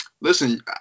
Listen